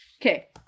Okay